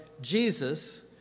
Jesus